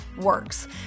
works